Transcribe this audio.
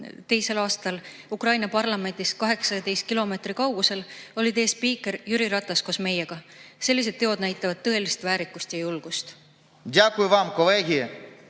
Ukraina parlamendist 18 kilomeetri kaugusel, oli teie spiiker Jüri Ratas koos meiega. Sellised teod näitavad tõelist väärikust ja julgust.